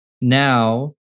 Now